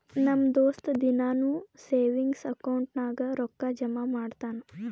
ನಮ್ ದೋಸ್ತ ದಿನಾನೂ ಸೇವಿಂಗ್ಸ್ ಅಕೌಂಟ್ ನಾಗ್ ರೊಕ್ಕಾ ಜಮಾ ಮಾಡ್ತಾನ